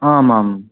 आम् आम्